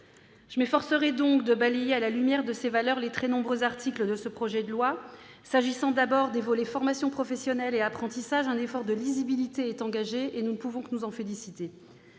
Je m'efforcerai donc de balayer, à la lumière de ces valeurs, les très nombreux articles de ce projet de loi. S'agissant d'abord des volets formation professionnelle et apprentissage, un effort de lisibilité est engagé, et nous ne pouvons que nous en féliciter.